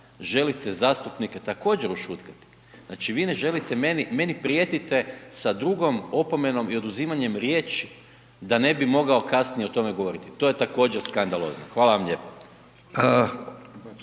želite zastupnike također ušutkati. Znači vi ne želite, meni prijetite sa drugom opomenom i oduzimanjem riječi da ne bi mogao kasnije o tome govoriti. To je također skandalozno. Hvala vam lijepo.